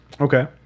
Okay